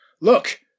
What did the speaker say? Look